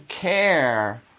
care